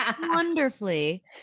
wonderfully